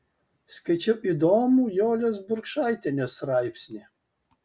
skaičiau įdomų jolės burkšaitienės straipsnį